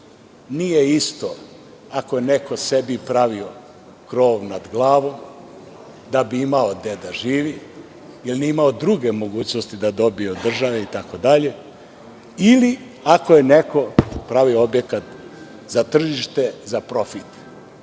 Nije isto ako je neko sebi pravio krov nad glavom da bi imao gde da živi jer nije imao druge mogućnosti da dobije od države ili ako je neko pravio objekat za tržište, za profit.